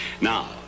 Now